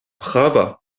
prava